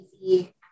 easy